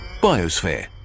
Biosphere